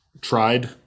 tried